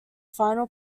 final